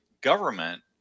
government